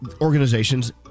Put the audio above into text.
organizations